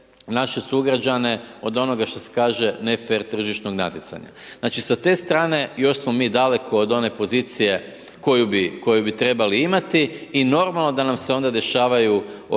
naše sugrađane od onoga šta se kaže ne fer tržišnog natjecanja. Znači sa te strane još smo mi daleko od one pozicije koju bi trebali imati i normalno da nam se onda dešavaju ortački